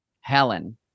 Helen